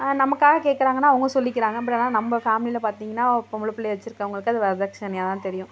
நமக்காக கேட்கறாங்கனு அவங்க சொல்லிக்கிறாங்க பட் ஆனால் நம்ப ஃபேமிலியில் பார்த்திங்ன்னா பொம்பளை பிள்ளைய வச்சுருக்கவங்களுக்கு அது வரதட்சணையாகதான் தெரியும்